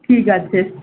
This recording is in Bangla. ঠিক আছে